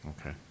Okay